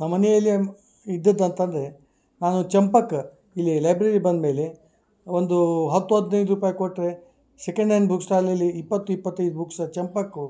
ನಮ್ಮ ಮನೆಯಲ್ಲಿ ಇದ್ದದ ಅಂತಂದರೆ ನಾನು ಚಂಪಕ ಇಲ್ಲಿ ಲೈಬ್ರೆರಿ ಬಂದ್ಮೇಲೆ ಒಂದು ಹತ್ತು ಹದಿನೈದು ರೂಪಾಯಿ ಕೊಟ್ಟರೆ ಸೆಕೆಂಡ್ ಆ್ಯಂಡ್ ಬುಕ್ಸ್ ಸ್ಟಾಲಲ್ಲಿ ಇಪ್ಪತ್ತು ಇಪ್ಪತೈದು ಬುಕ್ಸ್ ಚಂಪಕು